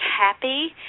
happy